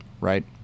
right